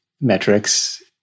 metrics